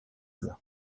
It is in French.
plein